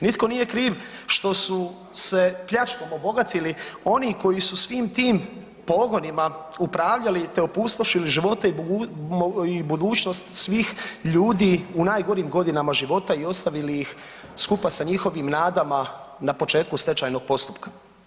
Nitko nije kriv što su se pljačkom obogatili oni koji su svim tim pogonima upravljali, te opustošili živote i budućnost svih ljudi u najgorim godinama života i ostavili ih skupa sa njihovim nadama na početku stečajnog postupka.